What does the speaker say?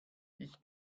ich